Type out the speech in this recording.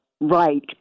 right